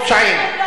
זה, פשעים.